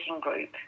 group